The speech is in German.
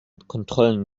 kontrollen